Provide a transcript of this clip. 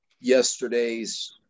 yesterday's